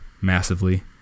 massively